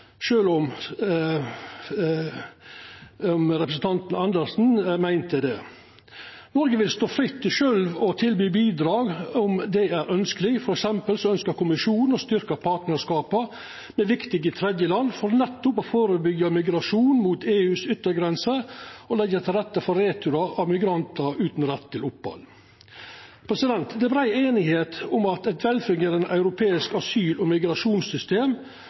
om representanten Karin Andersen meinte det. Noreg vil stå fritt til sjølv å tilby bidrag om det er ønskjeleg. For eksempel ønskjer kommisjonen å styrkja partnarskapa med viktige tredjeland for nettopp å førebyggja migrasjon mot EUs yttergrense og leggja til rette for retur av migrantar utan rett til opphald. Det er brei einigheit om at eit velfungerande europeisk asyl- og migrasjonssystem